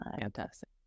fantastic